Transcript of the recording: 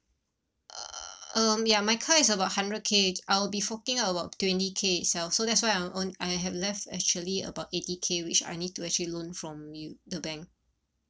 um my car is about hundred K I'll be forking out about twenty K itself so that's why I'm on I have left actually about eighty K which I need to actually loan from you the bank